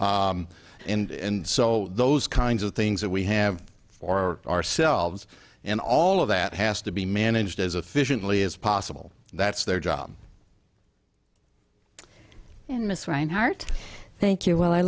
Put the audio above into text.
and so those kinds of things that we have for ourselves and all of that has to be managed as efficiently as possible that's their job and miss reinhart thank you well i